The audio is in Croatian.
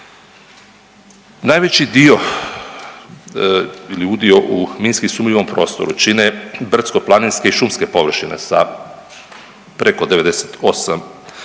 Najveći dio ili udio u minski sumnjivom prostoru čine brdsko planinske i šumske površine sa preko 98%